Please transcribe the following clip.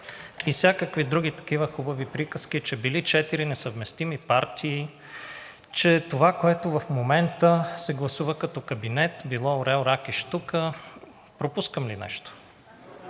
и всякакви други такива хубави приказки, че били четири несъвместими партии, че това, което в момента се гласува като кабинет, било орел, рак и щука. Пропускам ли нещо?